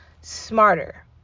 smarter